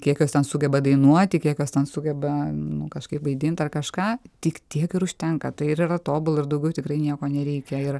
kiek jos ten sugeba dainuoti kiek jos ten sugeba nu kažkaip vaidint ar kažką tik tiek ir užtenka tai ir yra tobula ir daugiau tikrai nieko nereikia ir